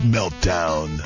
Meltdown